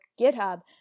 GitHub